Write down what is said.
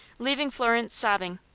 leaving florence sobbing.